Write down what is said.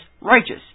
righteous